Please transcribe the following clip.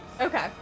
Okay